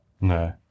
No